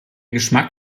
geschmack